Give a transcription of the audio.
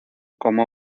como